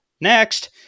next